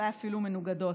אולי אפילו מנוגדות.